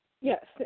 Yes